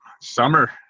Summer